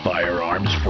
Firearms